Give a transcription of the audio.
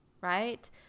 right